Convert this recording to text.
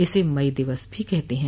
इसे मई दिवस भी कहते है